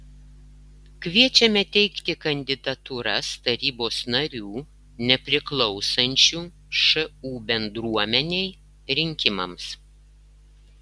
kviečiame teikti kandidatūras tarybos narių nepriklausančių šu bendruomenei rinkimams